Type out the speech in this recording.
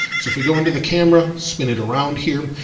so if we go into the camera, spin it around here.